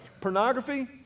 pornography